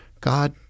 God